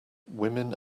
women